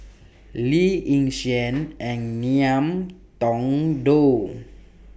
Lee Yi Shyan and Ngiam Tong Dow